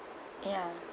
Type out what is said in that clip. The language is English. ya